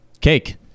Cake